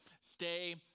stay